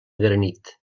granit